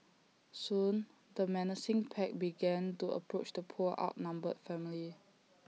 soon the menacing pack began to approach the poor outnumbered family